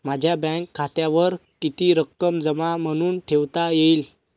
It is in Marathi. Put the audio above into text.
माझ्या बँक खात्यावर किती रक्कम जमा म्हणून ठेवता येईल?